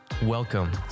Welcome